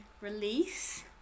release